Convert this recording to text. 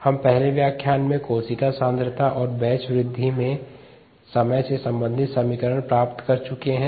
हम पहले व्याख्यान में कोशिका की सांद्रता और बैच वृद्धि में समय से संबंधित समीकरण प्राप्त कर चुके हैं